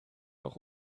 auch